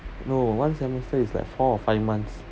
no one semester is like four or five months